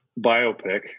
biopic